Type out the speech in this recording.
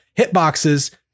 hitboxes